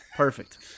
Perfect